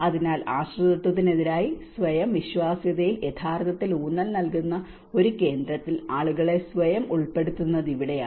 അതിനാൽ ആശ്രിതത്വത്തിനെതിരായി സ്വയം വിശ്വാസ്യതയിൽ യഥാർത്ഥത്തിൽ ഊന്നൽ നൽകുന്ന ഒരു കേന്ദ്രത്തിൽ ആളുകളെ സ്വയം ഉൾപ്പെടുത്തുന്നത് ഇവിടെയാണ്